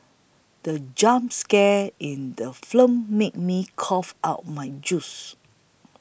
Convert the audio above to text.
the jump scare in the film made me cough out my juice